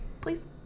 please